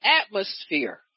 atmosphere